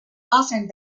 often